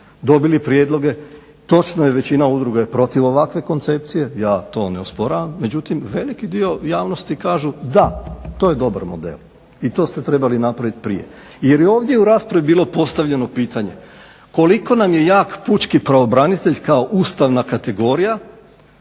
dobili prijedloge. Točno je, većina udruga je protiv ovakve koncepcije, ja to ne osporavam, međutim veliki dio javnosti kažu da, to je dobar model i to ste trebali napravit prije. Jer je ovdje u raspravi bilo postavljeno pitanje koliko nam je jak pučki pravobranitelj kao ustavna kategorija